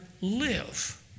live